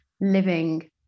living